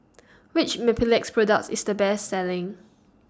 Which Mepilex products IS The Best Selling